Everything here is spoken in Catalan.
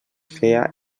feia